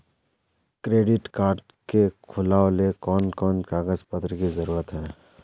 Credit card के खुलावेले कोन कोन कागज पत्र की जरूरत है?